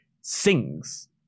sings